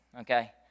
okay